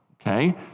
Okay